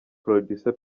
producer